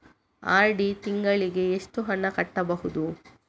RD ತಿಂಗಳಿಗೆ ಎಷ್ಟು ಹಣ ಕಟ್ಟಬಹುದು?